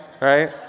right